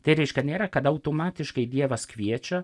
tai reiškia nėra kad automatiškai dievas kviečia